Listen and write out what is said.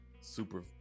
super